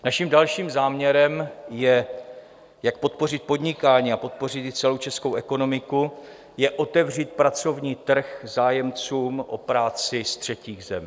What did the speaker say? Naším dalším záměrem, jak podpořit podnikání a podpořit i celou českou ekonomiku, je otevřít pracovní trh zájemcům o práci z třetích zemí.